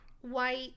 white